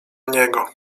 niego